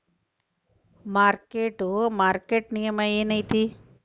mark to market ನಿಯಮ ಏನೈತಿ